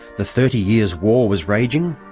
the thirty years war was raging,